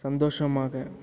சந்தோஷமாக